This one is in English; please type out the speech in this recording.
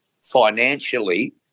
financially